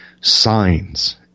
signs